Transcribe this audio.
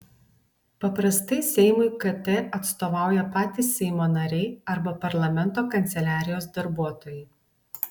paprastai seimui kt atstovauja patys seimo nariai arba parlamento kanceliarijos darbuotojai